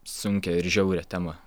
sunkią ir žiaurią temą